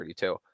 32